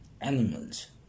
animals